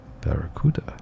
Barracuda